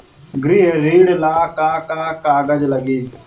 गृह ऋण ला का का कागज लागी?